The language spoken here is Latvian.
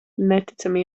neticami